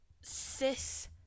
cis